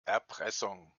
erpressung